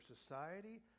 society